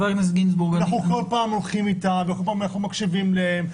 אנחנו כל פעם הולכים איתם ואנחנו כל פעם מקשיבים להם,